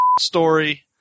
story